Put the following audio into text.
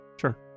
sure